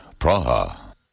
Praha